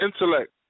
intellect